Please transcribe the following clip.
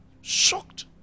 Shocked